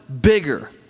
bigger